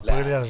תספרי לי על זה.